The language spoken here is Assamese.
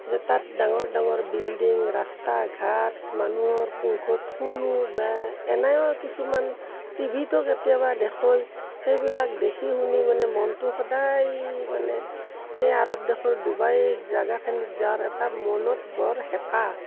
যে তাত ডাঙৰ ডাঙৰ বিল্ডিং ৰাস্তা ঘাট মানুহৰ মুখত শুনো বা এনেও কিছুমান টিভিতো কেতিয়াবা দেখোঁৱেই সেইবিলাক দেখি শুনি মানে মনটো সদায় মানে সেই আৰৱ দেশৰ ডুবাইৰ জেগাখিনিত যোৱাৰ এটা মনত বৰ হেঁপাহ